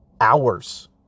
hours